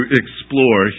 explore